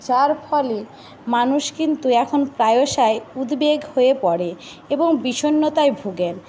যার ফলে মানুষ কিন্তু এখন প্রায়শই উদ্বেগ হয়ে পড়ে এবং বিষণ্ণতায় ভোগেন